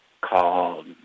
called